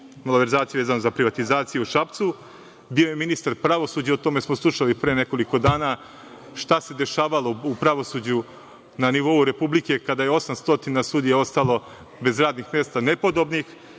malverzacije vezano za privatizaciju u Šapcu. Bio je ministar pravosuđa. Slušali smo pre nekoliko dana šta se dešavalo u pravosuđu na nivou Republike, kada je 800 sudija ostalo bez radnih mesta.